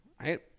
right